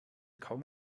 kaum